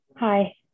Hi